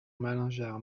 malingear